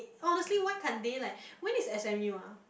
honestly why can't they like when is s_m_u ah